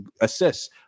assists